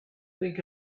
think